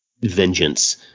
vengeance